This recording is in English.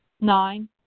Nine